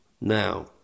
Now